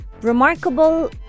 remarkable